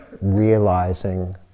realizing